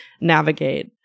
navigate